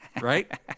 Right